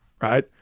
right